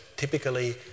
typically